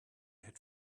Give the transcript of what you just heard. had